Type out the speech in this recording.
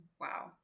wow